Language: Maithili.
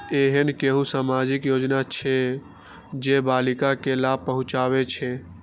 ऐहन कुनु सामाजिक योजना छे जे बालिका के लाभ पहुँचाबे छे?